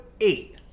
eight